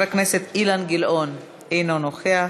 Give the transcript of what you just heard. חבר הכנסת אילן גילאון, אינו נוכח,